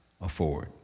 afford